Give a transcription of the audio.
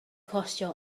costio